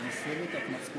של קבוצת סיעת המחנה